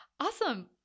Awesome